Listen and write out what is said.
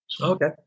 Okay